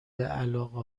علاقه